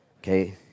Okay